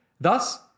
Thus